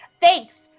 thanks